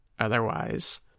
Otherwise